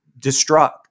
destruct